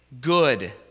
good